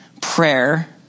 prayer